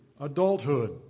adulthood